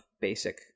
basic